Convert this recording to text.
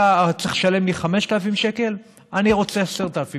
אתה צריך לשלם לי 5,000 שקל, אני רוצה 10,000 שקל.